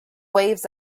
waves